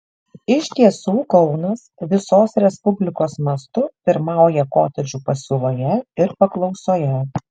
iš tiesų kaunas visos respublikos mastu pirmauja kotedžų pasiūloje ir paklausoje